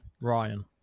ryan